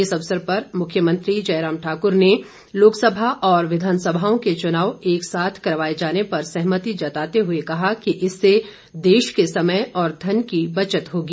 इस अवसर पर मुख्यमंत्री जयराम ठाकुर ने लोकसभा और विधानसभाओं के चुनाव एक साथ करवाए जाने पर सहमति जताते हुए कहा कि इससे देश के समय और धन की बचत होगी